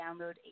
download